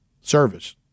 service